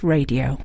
Radio